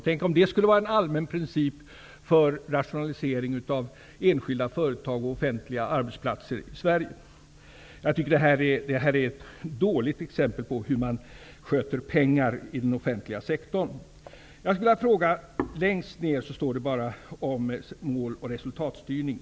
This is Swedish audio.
Tänk om det skulle vara en allmän princip vid rationalisering av enskilda företag och offentliga arbetsplatser i Sverige! Jag tycker att det här är ett dåligt exempel på hur man sköter pengar i den offentliga sektorn. I slutet av svaret talade finansministern om måloch resultatstyrning.